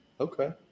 Okay